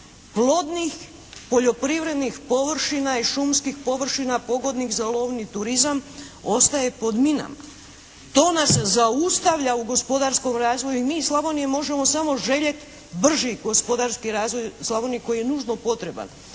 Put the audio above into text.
plodnih poljoprivrednih površina i šumskih površina pogodnih za lovni turizam ostaje pod minama. To nas zaustavlja u gospodarskom razvoju i mi iz Slavonije možemo samo željeti brži gospodarski razvoj Slavonije koji je nužno potreban.